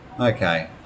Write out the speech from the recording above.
Okay